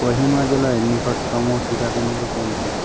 কোহিমা জেলায় নিকটতম টিকা কেন্দ্র কোনটি